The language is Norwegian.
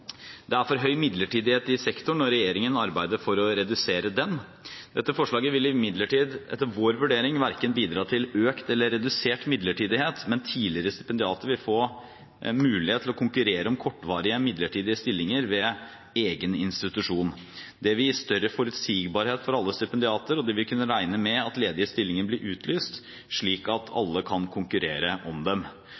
Det er for høy midlertidighet i sektoren, og regjeringen arbeider for å redusere den. Dette forslaget vil imidlertid, etter vår vurdering, verken bidra til økt eller redusert midlertidighet, men tidligere stipendiater vil få mulighet til å konkurrere om kortvarige midlertidige stillinger ved egen institusjon. Det vil gi større forutsigbarhet for alle stipendiater, og de vil kunne regne med at ledige stillinger blir utlyst, slik at